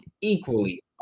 equally